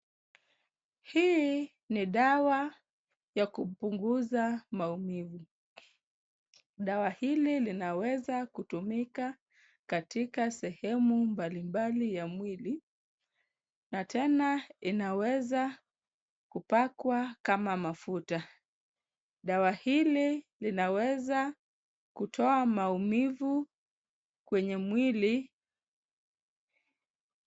Hii ni dawa ya kupunguza maumivu. Dawa hili linaweza kutumika katika sehemu mbalimbali ya mwili na tena inaweza kupakwa kama mafuta. Dawa hili linaweza kutoa maumivu kwenye mwili.